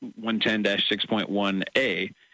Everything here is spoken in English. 110-6.1A